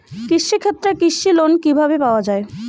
কৃষি ক্ষেত্রে কৃষি লোন কিভাবে পাওয়া য়ায়?